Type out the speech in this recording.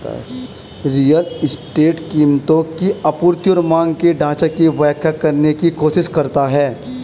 real estate कीमतों की आपूर्ति और मांग के ढाँचा की व्याख्या करने की कोशिश करता है